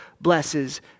blesses